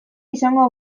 izango